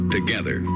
Together